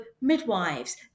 Midwives